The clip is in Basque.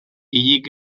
hilik